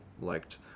liked